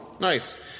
Nice